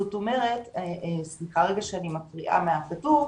זאת אומרת סליחה שאני קוראת מהכתוב,